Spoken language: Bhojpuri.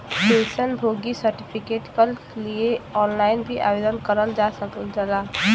पेंशन भोगी सर्टिफिकेट कल लिए ऑनलाइन भी आवेदन कइल जा सकल जाला